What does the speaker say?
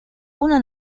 una